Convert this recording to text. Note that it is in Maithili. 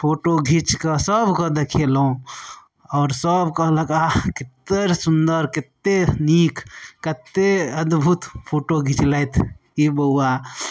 फोटो घीचिकऽ सभके देखेलहुँ आओर सभ कहलक आह कतेक सुन्दर कतेक नीक कतेक अद्भुत फोटो घिचलथि ई बउआ